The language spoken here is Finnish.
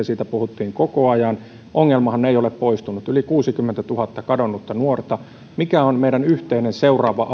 siitä puhuttiin koko ajan ongelmahan ei ole poistunut yli kuusikymmentätuhatta kadonnutta nuorta mikä on meidän seuraava